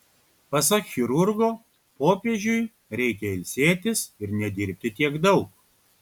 pasak chirurgo popiežiui reikia ilsėtis ir nedirbti tiek daug